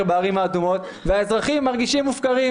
בערים האדומות והאזרחים מרגישים מופקרים.